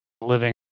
Living